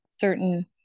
certain